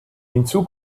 hinzu